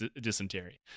dysentery